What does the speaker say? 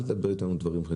אל תדבר אתנו דברים.